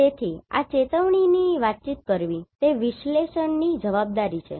તેથી ચેતવણીની વાતચીત કરવી તે વિશ્લેષકની જવાબદારી છે